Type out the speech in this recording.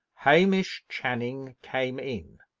hamish channing came in.